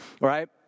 right